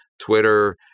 Twitter